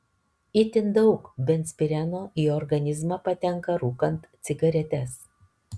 itin daug benzpireno į organizmą patenka rūkant cigaretes